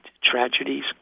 tragedies